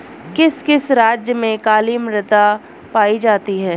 किस किस राज्य में काली मृदा पाई जाती है?